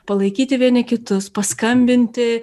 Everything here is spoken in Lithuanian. palaikyti vieni kitus paskambinti